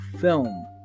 film